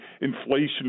inflation